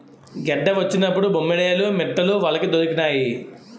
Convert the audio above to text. గెడ్డ వచ్చినప్పుడు బొమ్మేడాలు మిట్టలు వలకి దొరికినాయి